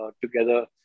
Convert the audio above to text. together